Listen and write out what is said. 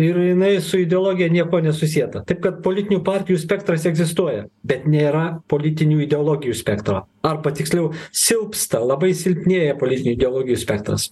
ir jinai su ideologija niekuo nesusieta taip kad politinių partijų spektras egzistuoja bet nėra politinių ideologijų spektro arba tiksliau silpsta labai silpnėja politinių ideologijų spektras